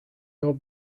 old